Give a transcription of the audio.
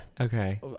Okay